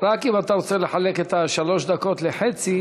רק אם אתה רוצה לחלק את שלוש הדקות לשניים,